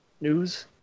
news